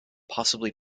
possibly